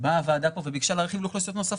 באה הוועדה פה וביקשה להרחיב לאוכלוסיות נוספות,